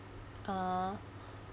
uh